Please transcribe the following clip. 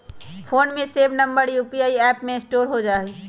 phone में save number UPI app में store हो जा हई